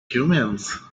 humans